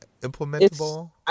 implementable